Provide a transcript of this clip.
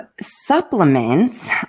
supplements